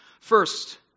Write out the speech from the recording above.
First